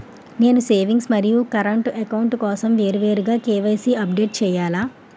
నేను సేవింగ్స్ మరియు current account కోసం వేరువేరుగా కే.వై.సీ అప్డేట్ చేయాలా?